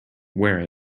wear